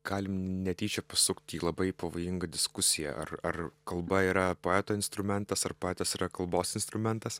galim netyčia pasukt į labai pavojingą diskusiją ar ar kalba yra poeto instrumentas ar poetas yra kalbos instrumentas